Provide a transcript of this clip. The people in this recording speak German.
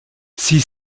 sie